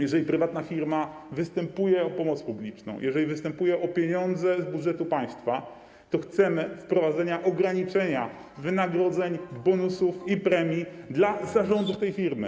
Jeżeli prywatna firma występuje o pomoc publiczną, jeżeli występuje o pieniądze z budżetu państwa, to chcemy wprowadzenia ograniczenia wynagrodzeń, bonusów i premii dla zarządu tej firmy.